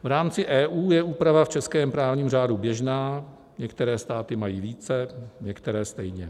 V rámci EU je úprava v českém právním řádu běžná, některé státy mají více, některé stejně.